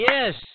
Yes